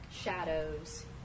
Shadows